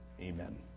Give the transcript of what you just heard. Amen